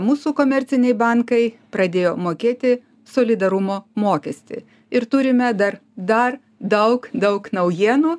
mūsų komerciniai bankai pradėjo mokėti solidarumo mokestį ir turime dar dar daug daug naujienų